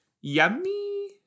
Yummy